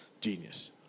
Genius